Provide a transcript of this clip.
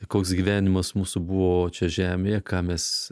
koks gyvenimas mūsų buvo čia žemėje ką mes